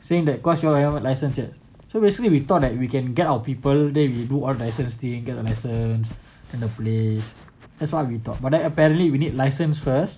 saying that cause you all you all haven't have license yet so basically we thought that we can get our people then we do all the license thing then get the license and the place that's what we thought but then apparently we need license first